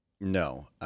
No